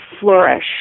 flourish